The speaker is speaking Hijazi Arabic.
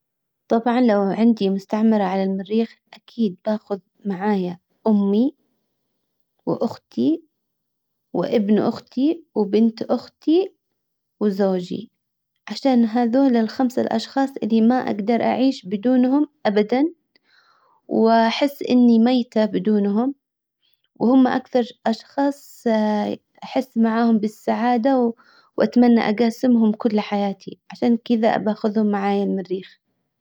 طبعا لو عندي مستعمرة على المريخ اكيد باخذ معايا امي واختي وابن اختي وبنت اختي وزوجي عشان هدولا الخمس الاشخاص اللي ما اقدر اعيش بدونهم ابدا واحس اني ميتة بدونهم. وهما اكثر اشخاص احس معاهم بالسعادة واتمنى اجاسمهم كل حياتي. عشان كدا ابغى اخذهم معايا المريخ.